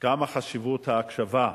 מהי חשיבות ההקשבה,